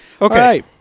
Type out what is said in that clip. Okay